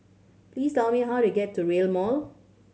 please tell me how to get to Rail Mall